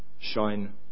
shine